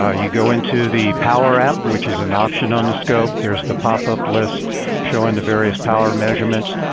ah you go into the power app which is an option on the scope. there's the pop-up list showing the various power measurements.